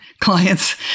clients